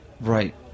Right